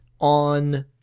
on